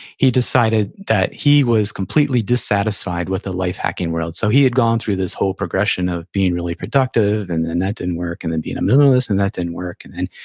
he decided that he was completely dissatisfied with the life hacking world. so he had gone through this whole progression of being really productive, and that didn't work, and then being a minimalist, and that didn't work, and then,